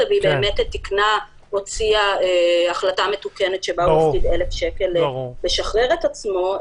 והיא הוציאה החלטה מתוקנת שבה הוא יפקיד 1,000 שקל לשחרר את עצמו.